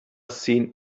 seen